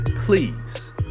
Please